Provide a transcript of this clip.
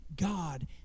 God